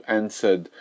answered